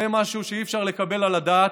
זה משהו שאי-אפשר שיתקבל על הדעת.